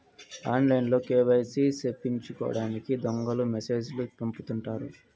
ఆన్లైన్లో కేవైసీ సేపిచ్చుకోండని దొంగలు మెసేజ్ లు పంపుతుంటారు